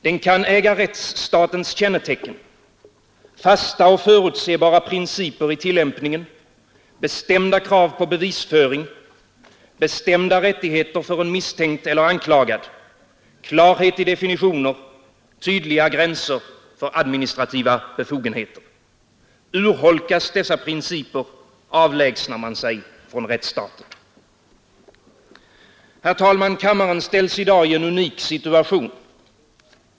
Den kan äga rättsstatens kännetecken — fasta och förutsebara principer i tillämpningen, bestämda krav på bevisföring, bestämda rättigheter för en misstänkt eller anklagad, klarhet i definitioner, tydliga gränser för administrativa befogenheter. Urholkas dessa principer, avlägsnar man sig från rättsstaten. Herr talman! Kammaren ställs i dag i en unik situation.